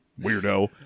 Weirdo